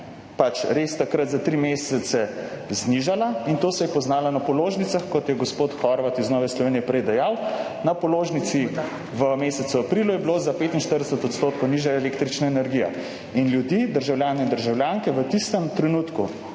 pač takrat za 3 mesece res znižala in to se je poznalo na položnicah. Kot je gospod Horvat iz Nove Slovenije prej dejal, na položnici v mesecu aprilu je bila za 45 % nižja električna energija. In ljudi, državljane in državljanke, v tistem trenutku,